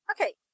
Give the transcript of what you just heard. okay